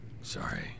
Sorry